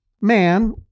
man